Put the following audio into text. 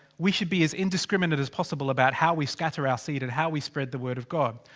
we should be as indiscriminate as possible about how we scatter our seed. and how we spread the word of god.